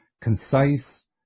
concise